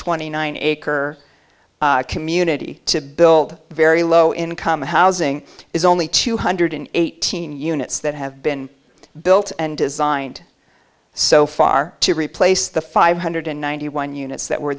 twenty nine acre community to build very low income housing is only two hundred eighteen units that have been built and designed so far to replace the five hundred ninety one units that were